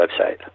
website